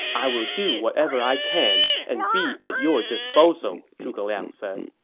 i will do whatever i can and be at your disposal, zhuge liang said